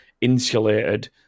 insulated